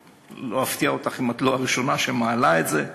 לא אפתיע אותך אם אומר שאת לא הראשונה שמעלה את זה.